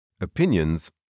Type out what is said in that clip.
Opinions